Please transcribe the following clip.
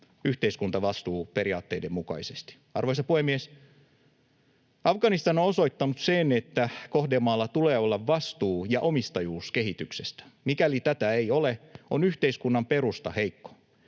yhteiskuntavastuuperiaatteiden mukaisesti. Arvoisa puhemies! Afganistan on osoittanut sen, että kohdemaalla tulee olla vastuu ja omistajuus kehityksestä. Mikäli tätä ei ole, on yhteiskunnan perusta heikko.